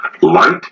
light